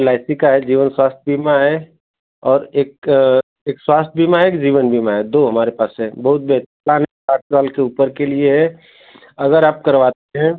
L I C का है जीवन स्वास्थ्य बीमा है और एक एक स्वास्थ्य बीमा है एक जीवन बीमा है दो हमारे पास है बहुत बेहतरीन प्लान है आठ साल के ऊपर के लिए है अगर आप करवाते हैं